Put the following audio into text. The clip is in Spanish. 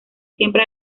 siempre